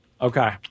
Okay